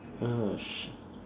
oh shit